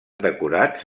decorats